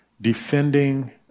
defending